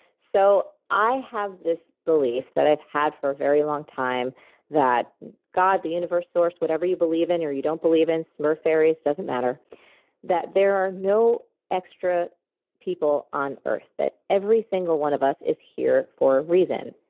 so, i have this belief that i've had for a very long time that god, the universe, source, whatever whatever you believe in or you don't believe in, smurf, fairies, it doesn't matter that there are no extra people on earth. that every single one of us is here for a reason.